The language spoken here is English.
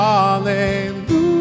Hallelujah